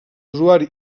usuari